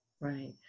right